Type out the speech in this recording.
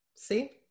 See